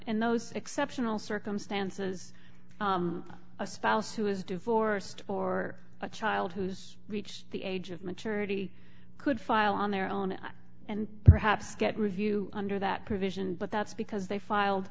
in those exceptional circumstances a spouse who is divorced or a child who's reached the age of maturity could file on their own and perhaps get review under that provision but that's because they filed